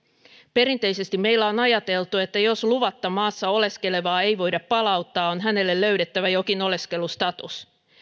perinteisesti meillä on ajateltu että jos luvatta maassa oleskelevaa ei voida palauttaa on hänelle löydettävä jokin oleskelustatus